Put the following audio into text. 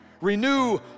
Renew